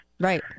Right